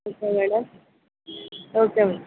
okay madam okay madam